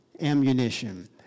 ammunition